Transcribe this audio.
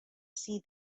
see